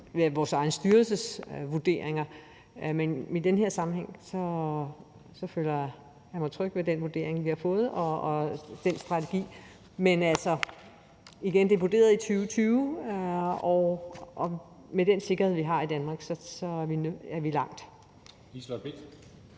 ved vores egen styrelses vurderinger. Men i den her sammenhæng føler jeg mig tryg ved den vurdering, vi har fået, og den strategi. Men altså, igen: Det er vurderet i 2020, og med den sikkerhed, vi har i Danmark, er vi langt.